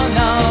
no